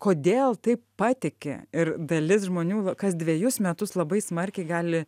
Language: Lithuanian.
kodėl taip patiki ir dalis žmonių la kas dvejus metus labai smarkiai gali